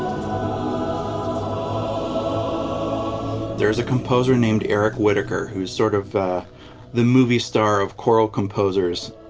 um there is a composer named eric whitacre who is sort of the movie star of choral composers.